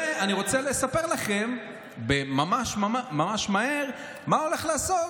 ואני רוצה לספר לכם ממש ממש מהר מה הולך לעשות